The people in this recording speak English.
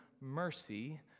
mercy